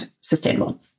sustainable